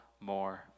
more